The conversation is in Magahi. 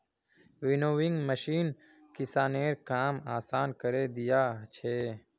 विनोविंग मशीन किसानेर काम आसान करे दिया छे